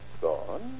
Gone